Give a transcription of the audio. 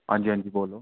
हां जी हां जी बोलो